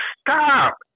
stop